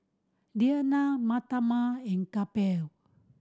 Neila Mahatma and Kapil